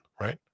right